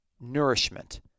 nourishment